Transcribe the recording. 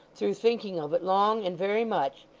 through thinking of it long and very much,